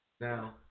Now